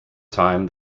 time